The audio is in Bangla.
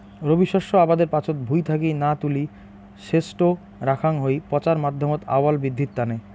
রবি শস্য আবাদের পাচত ভুঁই থাকি না তুলি সেজটো রাখাং হই পচার মাধ্যমত আউয়াল বিদ্ধির তানে